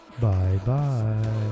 Bye-bye